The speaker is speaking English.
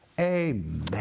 Amen